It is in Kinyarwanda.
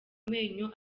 amenyo